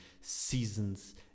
Seasons